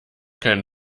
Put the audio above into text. keinen